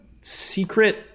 secret